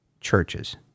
churches